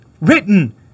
written